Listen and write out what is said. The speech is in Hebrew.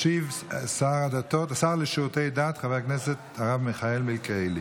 ישיב השר לשירותי דת חבר הכנסת הרב מיכאל מלכיאלי.